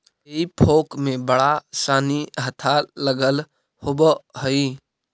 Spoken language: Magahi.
हेई फोक में बड़ा सानि हत्था लगल होवऽ हई